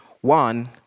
One